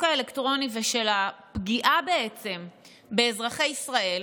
האלקטרוני ושל הפגיעה באזרחי ישראל.